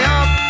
up